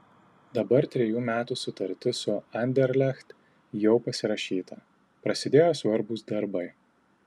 dabar trejų metų sutartis su anderlecht jau pasirašyta prasidėjo svarbūs darbai